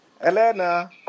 Elena